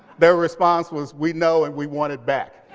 their response was, we know, and we want it back.